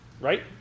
right